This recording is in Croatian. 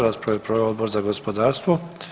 Raspravu je proveo Odbor za gospodarstvo.